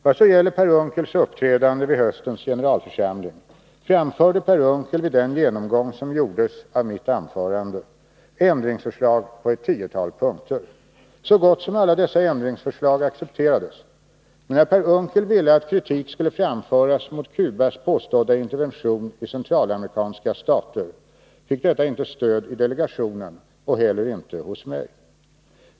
Vad så gäller Per Unckels uppträdande vid höstens generalförsamling vill jag anföra att Per Unckel vid den genomgång som gjordes av mitt anförande framförde ändringsförslag på ett tiotal punkter. Så gott som alla dessa ändringsförslag accepterades. Men när Per Unckel ville att kritik skulle framföras mot Cubas påstådda intervention i centralamerikanska stater fick detta inte stöd i delegationen och heller inte hos mig.